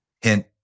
Hint